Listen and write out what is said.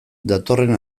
datorren